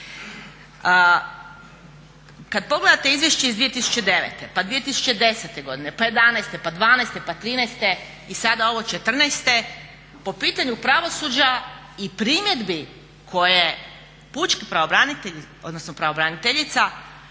Kad pogledate izvješće iz 2009., pa 2010.godine, pa 2011., pa 2012., pa 2013.i sada ovo 2014.po pitanju pravosuđa i primjedbi koje pučki pravobranitelj,